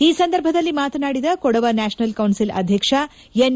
ಈ ಸಂದರ್ಭದಲ್ಲಿ ಮಾತನಾಡಿದ ಕೊಡವ ನ್ವಾಷನಲ್ ಕೌನ್ಸಿಲ್ ಆಧ್ಯಕ್ಷ ಎನ್